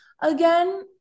again